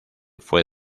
fue